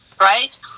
Right